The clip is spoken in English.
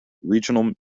regional